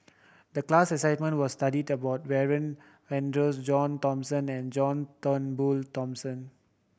the class assignment was studied about Warren Fernandez John Thomson and John Turnbull Thomson